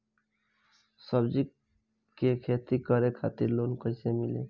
सब्जी के खेती करे खातिर लोन कइसे मिली?